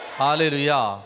hallelujah